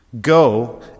Go